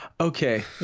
Okay